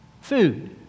Food